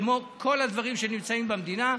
כמו כל הדברים שנמצאים במדינה.